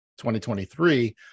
2023